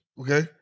Okay